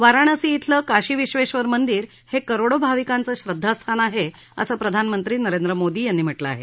वाराणशी धिलं काशीविश्वेश्वर मंदिर हे करोडो भाविकांचं श्रद्वास्थान आहे असं प्रधानमंत्री नरेंद्र मोदी यांनी म्हटलं आहे